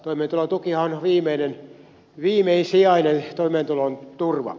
toimeentulotukihan on viimesijainen toimeentulon turva